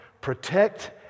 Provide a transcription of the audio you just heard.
protect